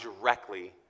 directly